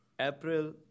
April